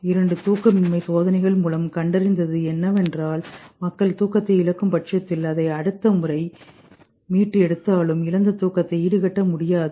இரண்டு தூக்கமின்மை சோதனைகள் மூலம் கண்டறிந்து என்னவென்றால் மக்கள் தூக்கத்தை இழக்கும் பட்சத்தில் அதைக் அடுத்த முறை மீட்டு எடுத்தாலும் இழந்த தூக்கத்தை ஈடு கட்ட முடியாது